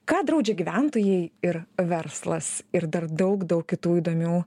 ką draudžia gyventojai ir verslas ir dar daug daug kitų įdomių